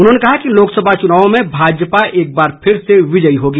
उन्होंने कहा कि लोकसभा चुनावों में भाजपा एक बार फिर से विजयी होगी